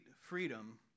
freedom